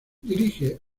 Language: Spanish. dirige